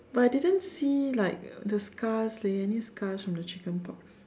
but I didn't see like the scars leh any scars from the chicken pox